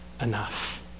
enough